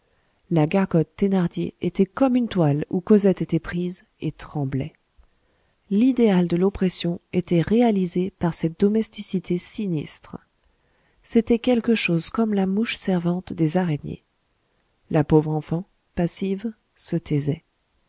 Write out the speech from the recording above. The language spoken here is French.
la gargote thénardier était comme une toile où cosette était prise et tremblait l'idéal de l'oppression était réalisé par cette domesticité sinistre c'était quelque chose comme la mouche servante des araignées la pauvre enfant passive se taisait